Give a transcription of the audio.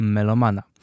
Melomana